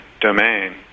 domain